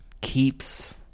keeps